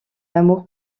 amour